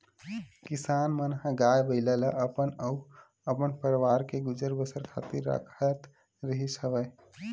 किसान मन ह गाय, बइला ल अपन अउ अपन परवार के गुजर बसर खातिर राखत रिहिस हवन